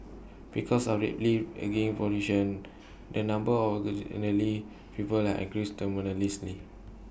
because of the rapidly population the number of elderly people has increased tremendously